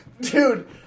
Dude